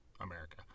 America